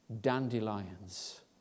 dandelions